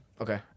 Okay